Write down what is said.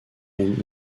and